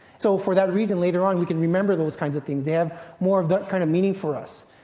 so for that reason, later on you can remember those kinds of things. they have more of that kind of meaning for us.